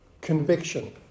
conviction